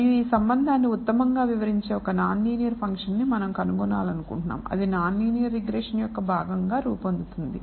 మరియు ఈ సంబంధాన్ని ఉత్తమంగా వివరించే ఒక నాన్ లీనియర్ ఫంక్షన్ను మనం కనుగొనాలనుకుంటున్నాము అది నాన్ లీనియర్ రిగ్రెషన్ యొక్క భాగం గా రూపొందుతుంది